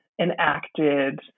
enacted